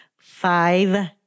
five